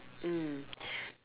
mm